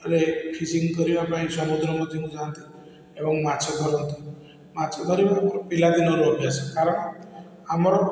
ରେ ଫିସିଂ କରିବା ପାଇଁ ସମୁଦ୍ର ମଧ୍ୟକୁ ଯାଆନ୍ତି ଏବଂ ମାଛ ଧରନ୍ତି ମାଛ ଧରିବା ପିଲା ଦିନର ଅଭ୍ୟାସ କାରଣ ଆମର